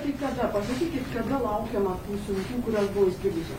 tai kada pasakykit kada laukiama tų siuntų kurios buvo įstrigusios